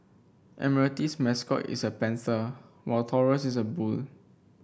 admiralty's mascot is a panther while Taurus is a bull